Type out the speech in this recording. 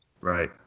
Right